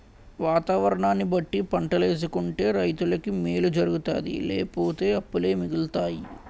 వాతావరణాన్ని బట్టి పంటలేసుకుంటే రైతులకి మేలు జరుగుతాది లేపోతే అప్పులే మిగులుతాయి